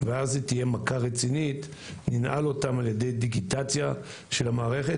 ואז זו תהיה מכה רצינית ננעל אותם על ידי דיגיטציה של המערכת,